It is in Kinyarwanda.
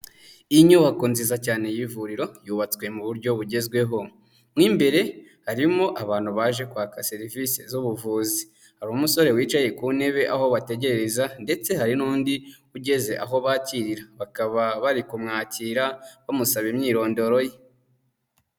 Inyubako nziza cyane y'ivuriro yubatswe mu buryo bugezweho, mu imbere harimo abantu baje kwaka serivisi z'ubuvuzi, hari umusore wicaye ku ntebe aho bategerereza ndetse hari n'undi ugeze aho bakirira, bakaba bari kumwakira bamusaba imyirondoro ye.